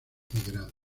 grado